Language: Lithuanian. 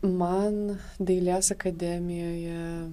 man dailės akademijoje